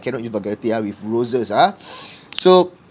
cannot use vulgarity ah with roses ah so